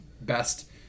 best